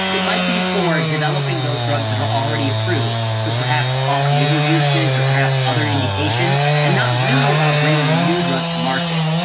it might be for developing those drugs that are already approved for perhaps off-label uses or perhaps other indications and not really about bringing a new drug to market.